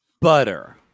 butter